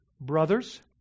Brothers